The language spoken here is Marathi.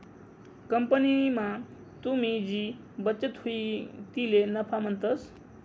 कंपनीमा तुनी जी बचत हुई तिले नफा म्हणतंस